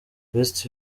best